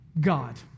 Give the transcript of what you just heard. God